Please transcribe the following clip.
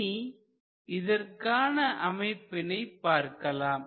இனி இதற்கான அமைப்பினை பார்க்கலாம்